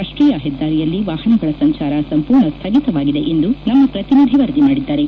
ರಾಷ್ಟೀಯ ಹೆದ್ದಾರಿಯಲ್ಲಿ ವಾಹನಗಳ ಸಂಚಾರ ಸಂಪೂರ್ಣ ಸ್ಥಗಿತವಾಗಿದೆ ಎಂದು ನಮ್ಮ ಪ್ರತಿನಿಧಿ ವರದಿ ಮಾಡಿದ್ದಾರೆ